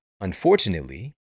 unfortunately